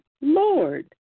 Lord